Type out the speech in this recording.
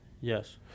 Yes